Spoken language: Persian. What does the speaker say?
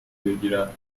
بگیرد